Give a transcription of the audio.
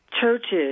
churches